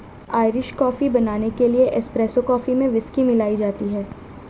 Irish coffee बनाने के लिए एस्प्रेसो कॉफी में व्हिस्की मिलाई जाती है